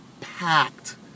packed